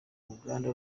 uruganda